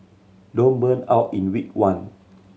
don't burn out in week one